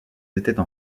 étaient